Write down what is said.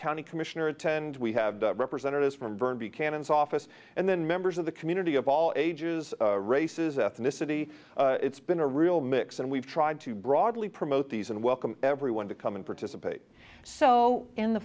county commissioner attend we have representatives from vern buchanan is office and then members of the community of all ages races ethnicity it's been a real mix and we've tried to broadly promote these and welcome everyone to come and participate so in the